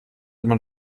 man